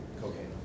cocaine